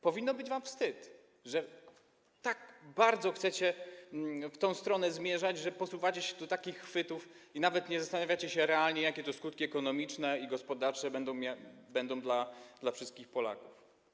Powinno być wam wstyd, że tak bardzo chcecie w tę stronę zmierzać, że posuwacie się do takich chwytów i nawet nie zastanawiacie się realnie, jakie skutki ekonomiczne i gospodarcze będą dla wszystkich Polaków.